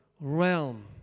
Realm